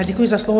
Děkuji za slovo.